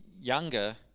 younger